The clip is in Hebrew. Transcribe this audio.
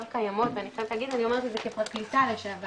קיימות ואני חייבת להגיד אני אומרת את זה כפרקליטה לשעבר,